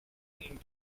ink